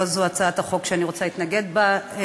לא זו הצעת החוק שאני רוצה להתנגד לה,